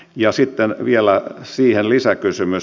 ja sitten vielä siihen lisäkysymys